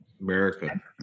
America